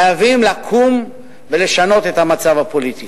חייבים לקום ולשנות את המצב הפוליטי.